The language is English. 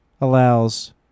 allows